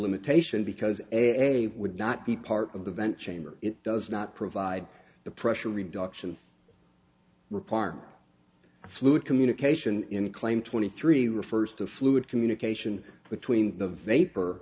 limitation because ebay would not be part of the vent chamber it does not provide the pressure reduction requirement of fluid communication in claim twenty three refers to fluid communication between the vapor